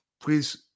Please